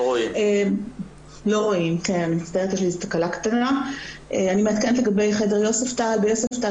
2020. על יוספטל